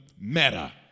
meta